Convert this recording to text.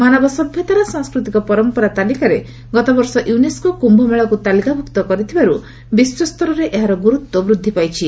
ମାନବ ସଭ୍ୟତାର ସାଂସ୍କୃତିକ ପରମ୍ପରା ତାଲିକାରେ ଗତବର୍ଷ ୟୁନେସ୍କୋ କ୍ୟୁମେଳାକୁ ତାଲିକାଭୁକ୍ତ କରିଥିବାରୁ ବିଶ୍ୱସ୍ତରରେ ଏହାର ଗୁରୁତ୍ୱ ବୃଦ୍ଧି ପାଇଛି